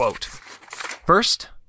First